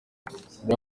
the